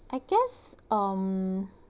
I guess um